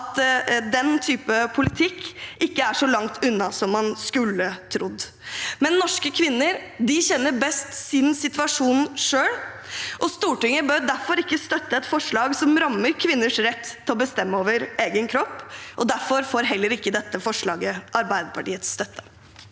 at den typen politikk ikke er så langt unna som man skulle tro. Norske kvinner kjenner best sin situasjon, og Stortinget bør derfor ikke støtte et forslag som rammer kvinners rett til å bestemme over egen kropp. Derfor får heller ikke dette forslaget Arbeiderpartiets støtte.